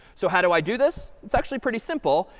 so how do i do this? it's actually pretty simple,